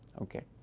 okay.